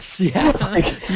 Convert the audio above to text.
Yes